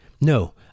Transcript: No